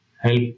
help